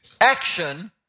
action